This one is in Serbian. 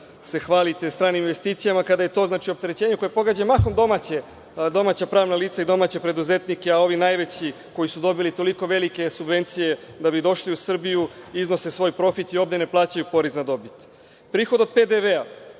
se hvalite stranim investicijama, kada je to opterećenje koje pogađa mahom domaća pravna lica i domaće preduzetnike, a ovi najveći koji su dobili toliko velike subvencije da bi došli u Srbiju iznose svoj profit i ovde ne plaćaju porez na dobit? Prihod od PDV-a.